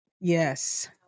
yes